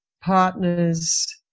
partners